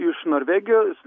iš norvegijos